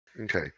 Okay